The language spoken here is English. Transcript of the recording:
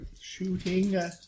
Shooting